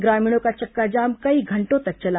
ग्रामीणों का चक्काजाम कई घंटों तक चला